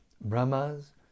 brahmas